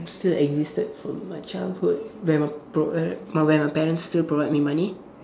still existed from my childhood when my pro~ when my parents still provide me money